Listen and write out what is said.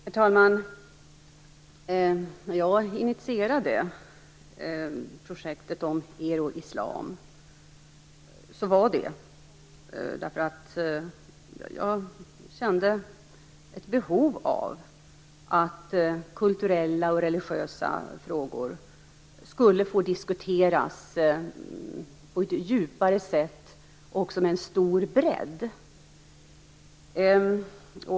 Herr talman! När jag initierade projektet om Euroislam var det därför att jag kände ett behov av att diskutera kulturella och religiösa frågor på ett djupare sätt och också med en stor bredd.